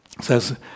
says